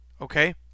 okay